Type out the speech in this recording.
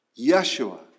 Yeshua